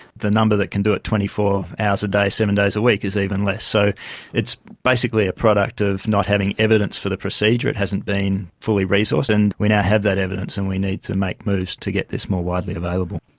the number that can do it twenty four hours a day, seven days a week is even less. so it's basically a product of not having evidence for the procedure, it hasn't been fully resourced. and we now have that evidence and we need to make moves to get this more widely available.